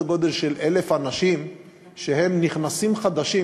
גודל של 1,000 אנשים שהם נכנסים חדשים,